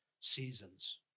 seasons